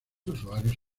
usuarios